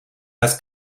das